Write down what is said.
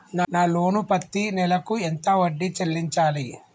నా లోను పత్తి నెల కు ఎంత వడ్డీ చెల్లించాలి?